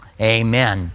Amen